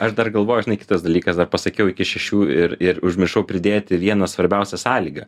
aš dar galvoju žinai kitas dalykas dar pasakiau iki šešių ir ir užmiršau pridėti vieną svarbiausią sąlygą